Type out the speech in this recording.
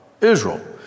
Israel